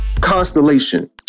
constellation